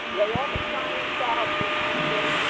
lay all the science out behind this,